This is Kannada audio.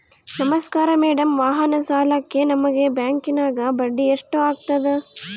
ನಮಸ್ಕಾರ ಮೇಡಂ ವಾಹನ ಸಾಲಕ್ಕೆ ನಿಮ್ಮ ಬ್ಯಾಂಕಿನ್ಯಾಗ ಬಡ್ಡಿ ಎಷ್ಟು ಆಗ್ತದ?